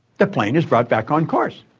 the plane is brought back on course.